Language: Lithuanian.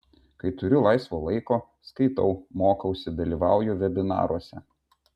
kai turiu laisvo laiko skaitau mokausi dalyvauju vebinaruose